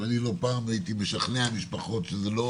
לא פעם הייתי משכנע משפחות שזה לא